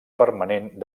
permanent